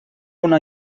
una